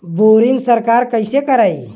Boring सरकार कईसे करायी?